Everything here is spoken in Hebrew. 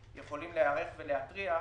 יכולים להיערך ולהתריע,